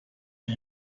die